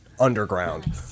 Underground